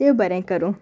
ते्यो बरें करूं